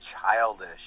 childish